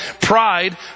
pride